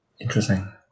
Interesting